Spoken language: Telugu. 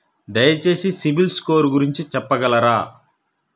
దయచేసి సిబిల్ స్కోర్ గురించి చెప్పగలరా?